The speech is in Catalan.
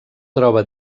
troba